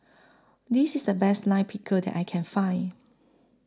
This IS The Best Lime Pickle that I Can Find